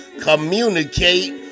communicate